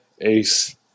Ace